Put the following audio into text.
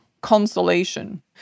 consolation